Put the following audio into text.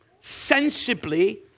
sensibly